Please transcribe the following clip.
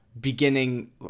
beginning